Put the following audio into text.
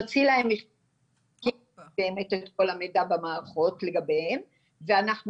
נוציא להם באמת את כל המידע מהמערכות לגביהם ואנחנו